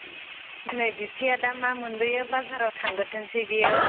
उम नै बिबथैआ दा मा मोनबोयो बाजाराव थांगोरथोंसै बियो